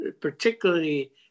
particularly